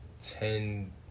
ten